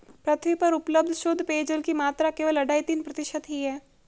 पृथ्वी पर उपलब्ध शुद्ध पेजयल की मात्रा केवल अढ़ाई तीन प्रतिशत ही है